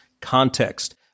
context